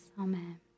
Amen